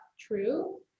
true